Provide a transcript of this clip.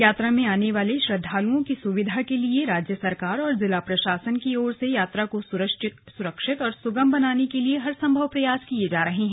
यात्रा में आने वाले श्रद्वालुओं की सुविधा के लिए राज्य सरकार और जिला प्रशासन की ओर से यात्रा को सुरक्षित और सुगम बनाने के लिए हरसंभव प्रयास किये जा रहे हैं